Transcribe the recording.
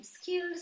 skills